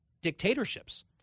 dictatorships